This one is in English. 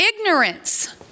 Ignorance